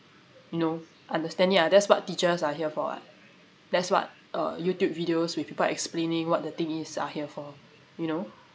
you know understand ya that's what teachers are here for what that's what uh YouTube videos with people explaining what the thing is are here for you know